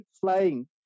flying